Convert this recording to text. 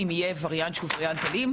אם יהיה וריאנט שהוא וריאנט אלים,